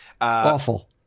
awful